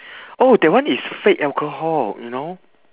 oh that one is fake alcohol you know